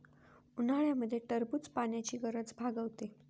उन्हाळ्यामध्ये टरबूज पाण्याची गरज भागवते